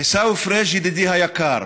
עיסאווי פריג', ידידי היקר,